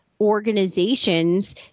organizations